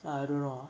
I don't know ah